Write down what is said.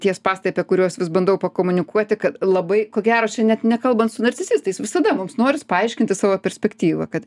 tie spąstai apie kuriuos vis bandau pakomunikuoti kad labai ko gero čia net nekalbant su nacisistais visada mums noris paaiškinti savo perspektyvą kad